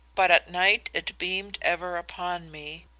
but at night it beamed ever upon me,